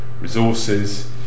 resources